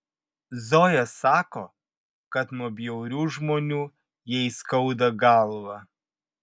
zoja sako kad nuo bjaurių žmonių jai skauda galvą